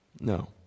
No